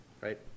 right